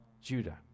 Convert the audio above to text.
Judah